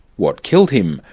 what killed him,